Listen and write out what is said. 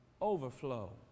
Overflow